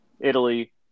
Italy